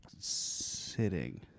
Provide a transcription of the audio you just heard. sitting